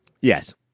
Yes